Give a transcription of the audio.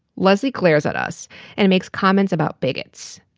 leslie glares at us and makes comments about bigots.